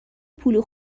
پول